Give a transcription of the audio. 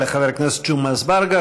תודה לחבר הכנסת ג'מעה אזברגה.